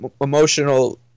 emotional